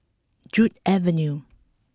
Joo Avenue